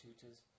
tutors